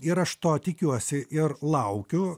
ir aš to tikiuosi ir laukiu